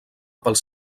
pels